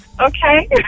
Okay